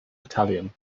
battalion